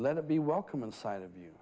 let it be welcome inside of you